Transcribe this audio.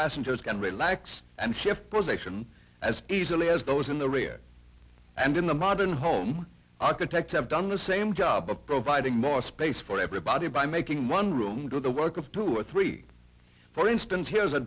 passengers can relax and shift position as easily as those in the rear and in a modern home architect have done the same job of providing more space for everybody by making one room do the work of two or three for instance here's a